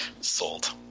Sold